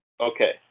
Okay